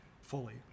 fully